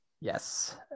yes